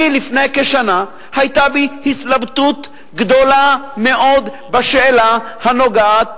לפני כשנה היתה לי התלבטות גדולה מאוד בשאלה הנוגעת